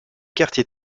quartier